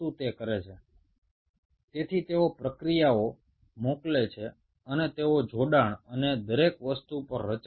তাহলে নিউরনগুলো প্রবর্ধকগুলোকে প্রেরণ করে এবং বিভিন্ন সংযোগ তৈরি করে